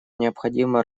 необходимо